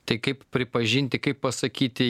tai kaip pripažinti kaip pasakyti